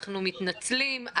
אנחנו מתנצלים.